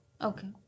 Okay